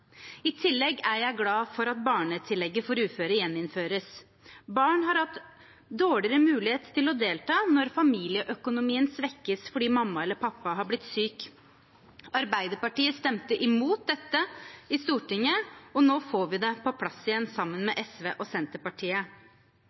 I tillegg er jeg glad for at barnetillegget for uføre gjeninnføres. Barn har hatt dårligere mulighet til å delta når familieøkonomien svekkes fordi mamma eller pappa har blitt syk. Arbeiderpartiet stemte imot dette i Stortinget, og nå får vi det på plass igjen sammen med SV og Senterpartiet.